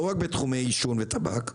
לא רק בתחומי עישון וטבק,